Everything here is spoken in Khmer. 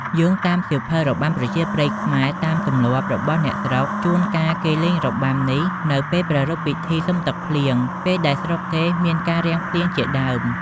យោងតាមសៀវភៅរបាំប្រជាប្រិយខ្មែរ តាមទំលាប់របស់អ្នកស្រុក ជួនកាលគេលេងរបាំនេះ នៅពេលប្រារព្ធពិធីសុំទឹកភ្លៀង ពេលដែលស្រុកទេសមានការរាំងភ្លៀងជាដើម។